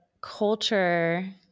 culture